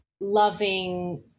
loving